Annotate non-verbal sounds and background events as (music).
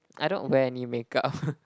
I don't wear any makeup (laughs)